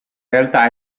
realtà